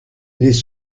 les